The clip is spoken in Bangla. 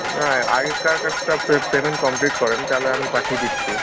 না আগেকার কারটা পেমেন্ট কমপ্লিট করুন তাহলে আমি পাঠিয়ে দিচ্ছি